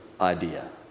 idea